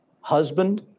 husband